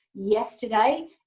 Yesterday